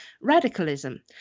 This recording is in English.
radicalism